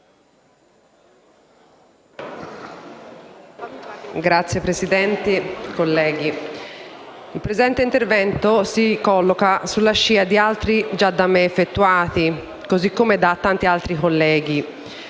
Signor Presidente, colleghi, il presente intervento si colloca sulla scia di altri già da me effettuati, così come da tanti altri colleghi.